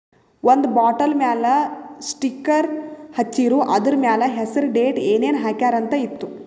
ಒಂದ್ ಬಾಟಲ್ ಮ್ಯಾಲ ಸ್ಟಿಕ್ಕರ್ ಹಚ್ಚಿರು, ಅದುರ್ ಮ್ಯಾಲ ಹೆಸರ್, ಡೇಟ್, ಏನೇನ್ ಹಾಕ್ಯಾರ ಅಂತ್ ಇತ್ತು